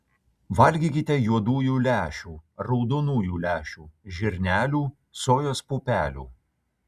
valgykite juodųjų lęšių raudonųjų lęšių žirnelių sojos pupelių